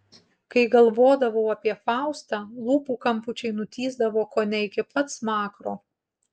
kai galvodavau apie faustą lūpų kampučiai nutįsdavo kone iki pat smakro